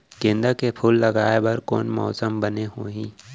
गेंदा फूल लगाए बर कोन मौसम बने होही?